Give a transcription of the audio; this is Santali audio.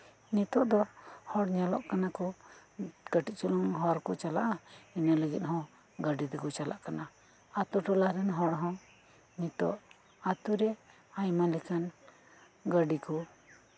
ᱱᱤᱛᱚᱜ ᱫᱚ ᱦᱚᱲ ᱧᱮᱞᱚᱜ ᱠᱟᱱᱟ ᱠᱚ ᱠᱟᱹᱴᱤᱡ ᱪᱩᱞᱩᱝ ᱦᱚᱨ ᱪᱟᱞᱟᱜ ᱠᱟᱱᱟ ᱠᱚ ᱤᱱᱟᱹ ᱞᱟᱹᱜᱤᱫ ᱦᱚᱸ ᱜᱟᱹᱰᱤ ᱛᱮᱠᱚ ᱪᱟᱞᱟᱜ ᱠᱟᱱᱟ ᱟᱹᱛᱩ ᱴᱚᱞᱟ ᱨᱮᱱ ᱦᱚᱲ ᱦᱚᱸ ᱱᱤᱛᱚᱜ ᱟᱹᱛᱩᱨᱮ ᱟᱭᱢᱟ ᱞᱮᱠᱟᱱ ᱜᱟᱹᱰᱤ ᱠᱚ